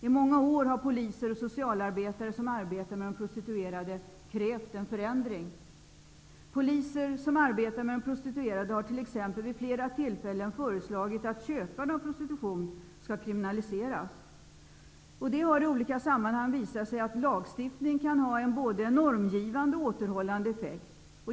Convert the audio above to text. I många år har poliser och socialarbetare som arbetar med de prostituerade krävt en förändring. Poliser som arbetar med de prostituerade har exempelvis vid flera tillfällen föreslagit att köparna av prostitution skall kriminaliseras. Det har i olika sammanhang visat sig att lagstiftning kan ha en både normgivande och återhållande effekt.